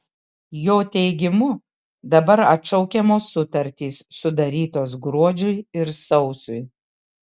jo teigimu dabar atšaukiamos sutartys sudarytos gruodžiui ir sausiui